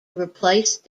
replace